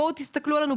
תסתכלו עלינו,